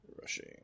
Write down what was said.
Rushing